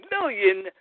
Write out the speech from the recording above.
million